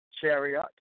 chariot